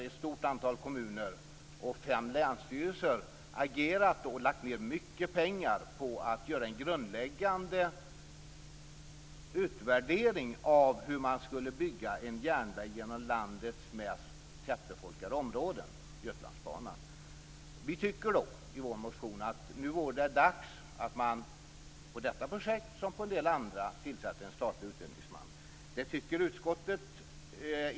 Ett stort antal kommuner och fem länsstyrelser har under många år agerat och lagt ned mycket pengar på att göra en grundläggande utvärdering av hur man skulle bygga en järnväg genom landets mest tättbefolkade områden - Götalandsbanan. I vår motion framför vi att det nu vore dags att man tillsätter en statlig utredningsman för detta projekt på samma sätt som man gör för en del andra projekt. Det tycker inte utskottet.